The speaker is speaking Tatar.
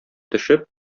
төшеп